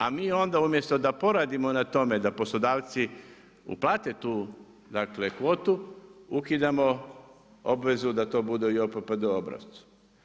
A mi onda umjesto da poradimo na tome, da poslodavci uplate tu kvotu ukidamo obvezu da to budu i JOPPD obrazac.